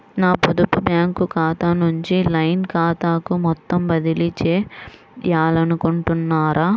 నా పొదుపు బ్యాంకు ఖాతా నుంచి లైన్ ఖాతాకు మొత్తం బదిలీ చేయాలనుకుంటున్నారా?